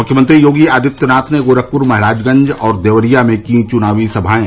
मुख्यमंत्री योगी आदित्यनाथ ने गोरखप्र महराजगंज और देवरिया में कीं चुनावी सभाएं